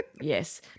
Yes